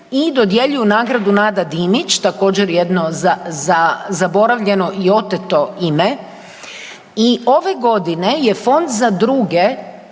i dodjeljuju nagradu Nada Dimić, također, jedno zaboravljeno i oteto ime i ove godine je Fond za druge